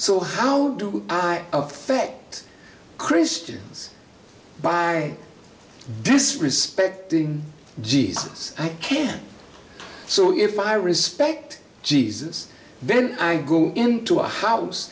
so how do i effect christians by disrespecting jesus i can't so if i respect jesus then i go into a house